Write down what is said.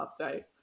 update